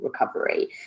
recovery